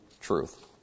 truth